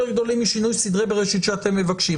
גדולים בשינוי סדרי בראשית שאתם מבקשים.